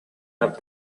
rub